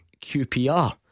QPR